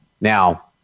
now